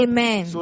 Amen